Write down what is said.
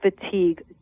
fatigue